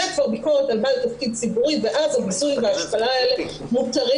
זאת כבר ביקורת על בעל תפקיד ציבורי ואז הביזוי וההשפלה האלה מותרים.